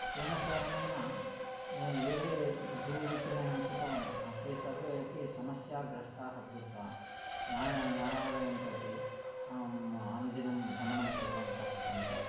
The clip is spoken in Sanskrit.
तेन कारणेन ये ये भूविक्रयणं कृतवन्तः ते सर्वे अपि समस्या ग्रस्ताः भूत्वा न्यायः न्यायालयं प्रति अनुदिनं भ्रमणं कुर्वन्तः सन्ति